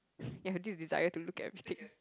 ya this desire to look at everything